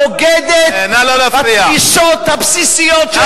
בוגדת בתפיסות הבסיסיות שלה.